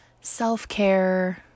self-care